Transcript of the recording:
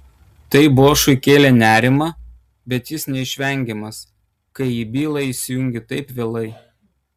tai bošui kėlė nerimą bet jis neišvengiamas kai į bylą įsijungi taip vėlai